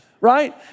right